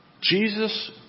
Jesus